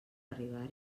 arribar